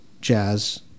jazz